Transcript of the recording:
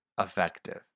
effective